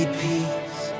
peace